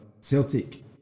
Celtic